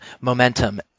Momentum